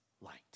light